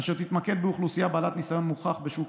אשר תתמקד באוכלוסייה בעלת ניסיון מוכח בשוק